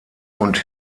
und